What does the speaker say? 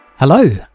Hello